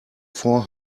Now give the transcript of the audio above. four